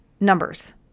numbers